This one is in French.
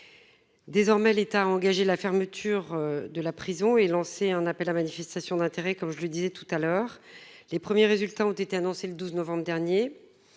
désormais, l'État engagé la fermeture de la prison et lancé un appel à manifestation d'intérêt comme je le disais tout à l'heure, les premiers résultats ont été annoncés le 12 novembre dernier